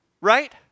right